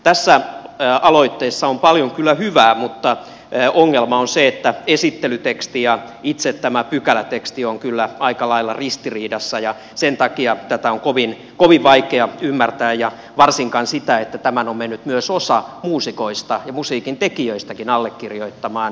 tässä aloitteessa on paljon kyllä hyvää mutta ongelma on se että esittelyteksti ja itse tämä pykäläteksti ovat kyllä aika lailla ristiriidassa ja sen takia tätä on kovin vaikea ymmärtää ja varsinkaan sitä että tämän on mennyt myös osa muusikoista ja musiikin tekijöistäkin allekirjoittamaan